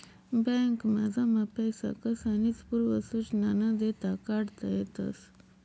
बॅकमा जमा पैसा कसानीच पूर्व सुचना न देता काढता येतस